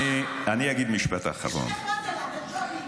מי שנחמד אליו, בג'ובים.